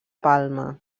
palma